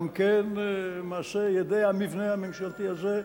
גם כן מעשה ידי המבנה הממשלתי הזה,